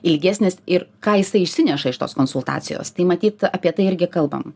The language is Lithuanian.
ilgesnis ir ką jisai išsineša iš tos konsultacijos tai matyt apie tai irgi kalbam